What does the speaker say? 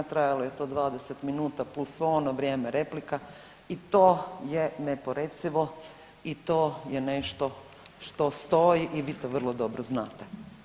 Trajalo je to 20 minuta plus svo ono vrijeme replika i to je neporecivo i to je nešto što stoji i vi to vrlo dobro znate.